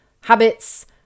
habits